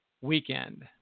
weekend